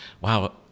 wow